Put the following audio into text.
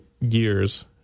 years